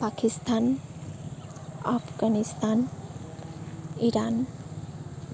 Pakistan Afghanistan Iran